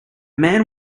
man